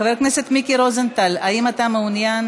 חבר הכנסת מיקי רוזנטל, האם אתה מעוניין?